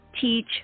teach